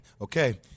okay